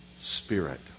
spirit